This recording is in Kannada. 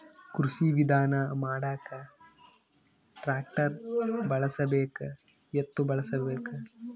ಕೃಷಿ ವಿಧಾನ ಮಾಡಾಕ ಟ್ಟ್ರ್ಯಾಕ್ಟರ್ ಬಳಸಬೇಕ, ಎತ್ತು ಬಳಸಬೇಕ?